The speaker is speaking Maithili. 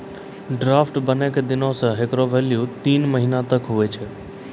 ड्राफ्ट बनै के दिन से हेकरो भेल्यू तीन महीना तक हुवै छै